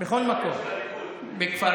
גם בבאר